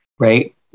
Right